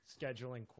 scheduling